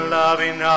loving